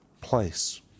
place